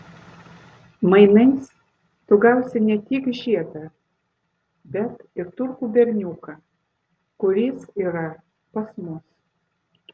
mainais tu gausi ne tik žiedą bet ir turkų berniuką kuris yra pas mus